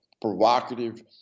provocative